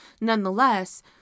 nonetheless